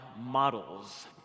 models